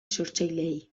sortzaileei